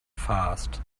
fast